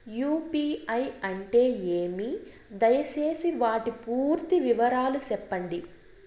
UPI అంటే ఏమి? దయసేసి వాటి పూర్తి వివరాలు సెప్పండి?